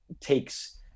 takes